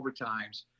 overtimes